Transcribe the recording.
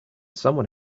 someone